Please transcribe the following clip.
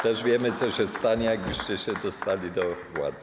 Też wiemy, co by się stało, jakbyście się dostali do władzy.